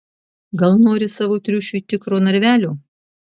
gal nori savo triušiui tikro narvelio